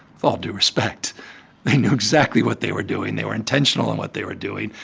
all due respect, they knew exactly what they were doing. they were intentional in what they were doing.